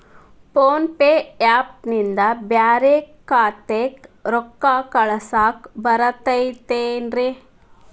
Phone pay app ನಿಂದ ಬ್ಯಾರೆ ಖಾತೆಕ್ ರೊಕ್ಕಾ ಕಳಸಾಕ್ ಬರತೈತೇನ್ರೇ?